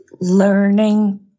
learning